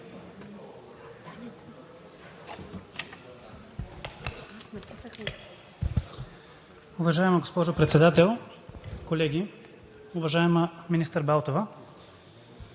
Уважаема госпожо Председател, колеги! Уважаема министър Балтова,